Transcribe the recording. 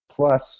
Plus